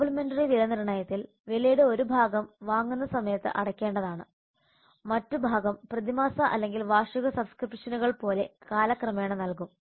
complementary വിലനിർണ്ണയത്തിൽ വിലയുടെ ഒരു ഭാഗം വാങ്ങുന്ന സമയത്ത് അടയ്ക്കേണ്ടതാണ് മറ്റ് ഭാഗം പ്രതിമാസ അല്ലെങ്കിൽ വാർഷിക സബ്സ്ക്രിപ്ഷനുകൾ പോലെ കാലക്രമേണ നൽകും